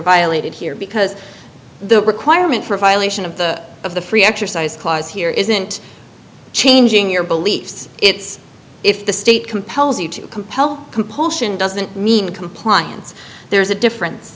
violated here because the requirement for a violation of the of the free exercise clause here isn't changing your beliefs it's if the state compels you to compel compulsion doesn't mean compliance there's a